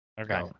Okay